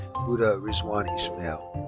huda rizwan ismail.